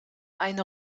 eine